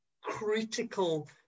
critical